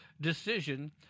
decision